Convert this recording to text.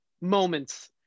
moments